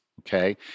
okay